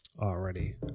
already